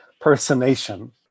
personation